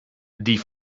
die